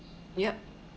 yup